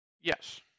Yes